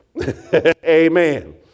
Amen